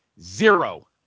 Zero